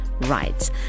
rights